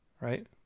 Right